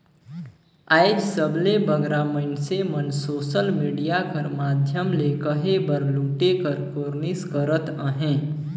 आएज सबले बगरा मइनसे मन सोसल मिडिया कर माध्यम ले कहे बर लूटे कर कोरनिस करत अहें